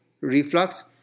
reflux